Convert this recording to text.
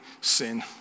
sin